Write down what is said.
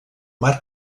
mar